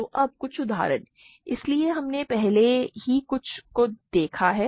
तो अब कुछ उदाहरण इसलिए हमने पहले ही कुछ को देखा है